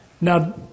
Now